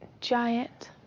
giant